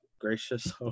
gracious